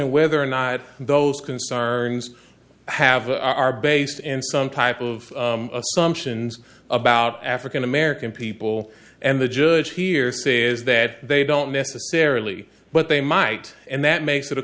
of whether or not those concerns have are based in some type of assumptions about african american people and the judge here say is that they don't necessarily but they might and that makes it a